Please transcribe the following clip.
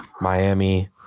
Miami